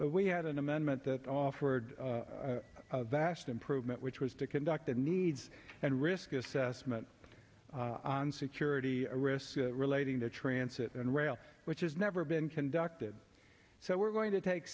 it we had an amendment that offered a vast improvement which was to conduct a needs and risk assessment on security risk relating to transit and rail which is never been conducted so we're going to take